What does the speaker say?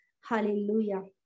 Hallelujah